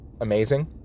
amazing